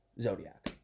Zodiac